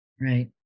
Right